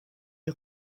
que